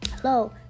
Hello